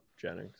Jennings